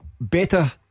better